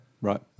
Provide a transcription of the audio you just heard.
right